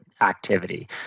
activity